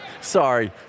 Sorry